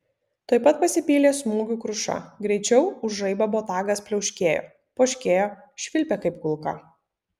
tuoj pat pasipylė smūgių kruša greičiau už žaibą botagas pliauškėjo poškėjo švilpė kaip kulka